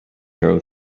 from